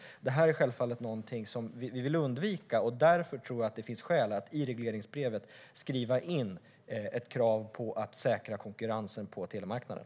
Det här är självfallet någonting som vi vill undvika. Därför tror jag att det finns skäl att i regleringsbrevet skriva in ett krav på att säkra konkurrensen på telemarknaden.